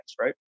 right